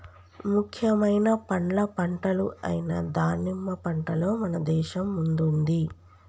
ముఖ్యమైన పండ్ల పంటలు అయిన దానిమ్మ పంటలో మన దేశం ముందుంది